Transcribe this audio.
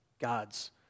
God's